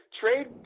trade